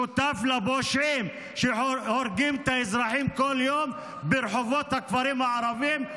שותף לפושעים שהורגים את האזרחים כל יום ברחובות הכפרים הערביים,